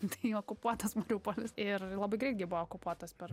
tai okupuotas mariupolis ir labai greit gi buvo okupuotas per